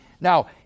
Now